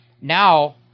Now